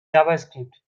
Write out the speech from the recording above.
javascript